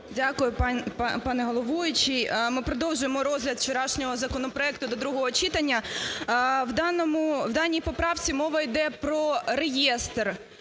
Дякую, пане головуючий. Ми продовжуємо розгляд вчорашнього законопроекту до другого читання. В даній поправці мова йде про реєстр